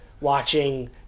watching